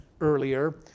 earlier